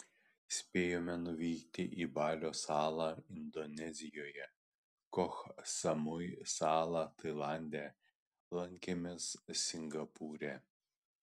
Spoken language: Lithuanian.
spėjome nuvykti į balio salą indonezijoje koh samui salą tailande lankėmės singapūre